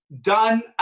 done